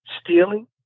stealing